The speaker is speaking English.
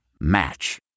Match